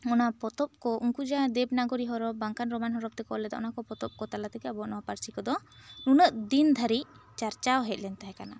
ᱚᱱᱟ ᱯᱚᱛᱚᱵ ᱠᱚ ᱩᱱᱠᱩ ᱡᱟᱦᱟᱸ ᱫᱮᱵᱱᱟᱜᱚᱨᱤ ᱦᱚᱨᱚᱯ ᱵᱟᱝᱠᱟᱱ ᱨᱚᱢᱟᱱ ᱦᱚᱨᱚᱯ ᱛᱮᱠᱚ ᱚᱞ ᱞᱮᱫᱟ ᱚᱱᱟ ᱠᱚ ᱯᱚᱛᱚᱵ ᱠᱚ ᱛᱟᱞᱟ ᱛᱮᱜᱮ ᱟᱵᱚᱣᱟᱜ ᱱᱚᱣᱟ ᱯᱟᱹᱨᱥᱤ ᱫᱚ ᱱᱩᱱᱟᱹᱜ ᱫᱤᱱ ᱫᱷᱟᱹᱨᱤᱡ ᱪᱟᱨᱪᱟᱣ ᱦᱮᱡ ᱞᱮᱱ ᱛᱟᱦᱮᱸ ᱠᱟᱱᱟ